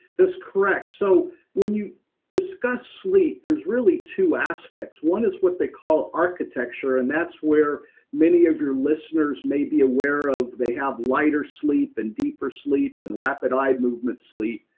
correct. so when you discuss sleep, there's really two aspects. one is what they call architecture, and that's where many of your listeners may be aware of, they have lighter sleep, and deeper sleep, and rapid eye movement sleep.